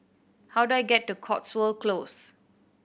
how do I get to Cotswold Close